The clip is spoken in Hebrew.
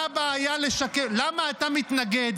במה אתה מתעסק?